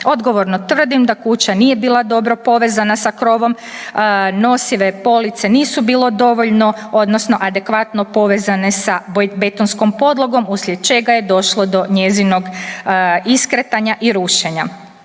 Odgovorno tvrdim da kuća nije bila dobro povezana sa krovom, nosive police nisu bile dovoljno odnosno adekvatno povezane sa betonskom podlogom uslijed čega je došlo do njezinog iskretanja i rušenja.